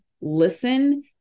listen